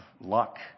luck